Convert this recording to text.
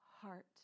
heart